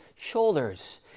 shoulders